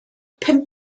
pum